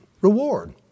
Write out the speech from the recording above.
reward